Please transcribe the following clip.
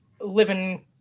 living